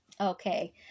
okay